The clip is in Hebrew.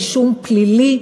רישום פלילי,